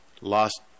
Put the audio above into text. lost